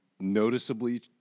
noticeably